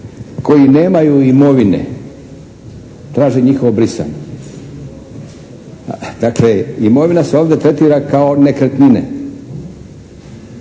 koji nemaju imovine, traže njihovo brisanje. Dakle imovina se ovdje tretira kao nekretnine,